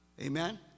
Amen